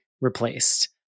replaced